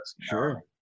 Sure